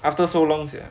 after so long sia